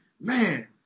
man